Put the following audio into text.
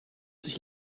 sich